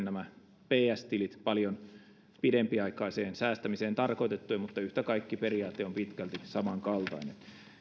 nämä ps tilit ovat sitten paljon pidempiaikaiseen säästämiseen tarkoitettuja mutta yhtä kaikki periaate on pitkälti samankaltainen